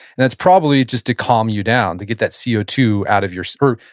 and that's probably just to calm you down, to get that c o two out of your so